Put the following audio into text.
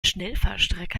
schnellfahrstrecke